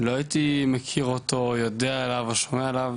לא הייתי מכיר או שומע עליו,